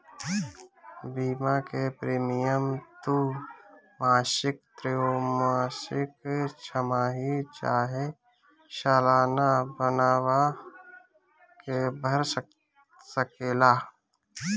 बीमा के प्रीमियम तू मासिक, त्रैमासिक, छमाही चाहे सलाना बनवा के भर सकेला